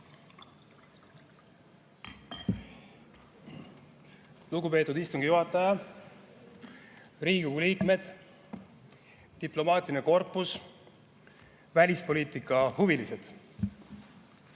Lugupeetud istungi juhataja! Riigikogu liikmed, diplomaatiline korpus, välispoliitikahuvilised!